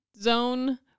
zone